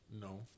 No